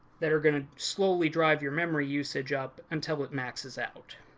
that are going to slowly drive your memory usage up until it maxes out.